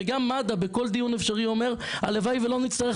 וגם מד"א בכל דיון אפשרי אומר "הלוואי ולא נצטרך